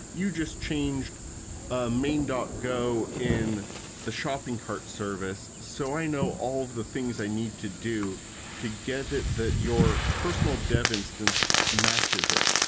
you just changed ah main go in the shopping cart service. so i know all of the things i need to do to get it that your personal dev instance matches it.